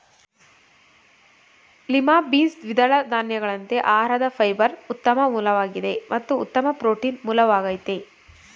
lima beans ದ್ವಿದಳ ಧಾನ್ಯಗಳಂತೆ ಆಹಾರದ ಫೈಬರ್ನ ಉತ್ತಮ ಮೂಲವಾಗಿದೆ ಮತ್ತು ಉತ್ತಮ ಪ್ರೋಟೀನ್ ಮೂಲವಾಗಯ್ತೆ